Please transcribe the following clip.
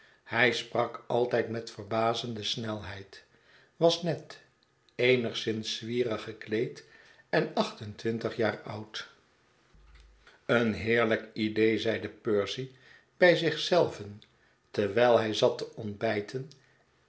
hij sprak altijd met verbazende snelheid was net eenigszins zwierig gekleed en acht en twintig jaar oud een heerlijk ide'el zeide percy bij zich zelven terwijl hij zat te ontbijten